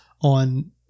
on